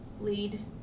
lead